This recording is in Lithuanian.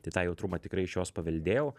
tai tą jautrumą tikrai iš jos paveldėjau